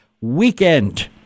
WEEKEND